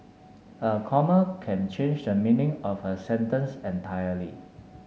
a comma can change the meaning of a sentence entirely